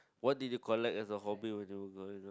what did you collect as a hobby when you were growing up